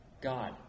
God